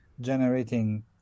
generating